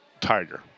Tiger